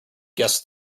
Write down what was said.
guess